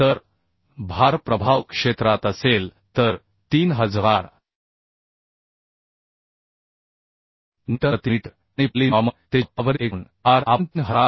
तर भार प्रभाव क्षेत्रात असेल तर 3000 न्यूटन प्रति मीटर आणि पर्लिन नॉर्मल ते छप्परावरील एकूण भार आपण 3294